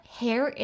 hair